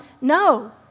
No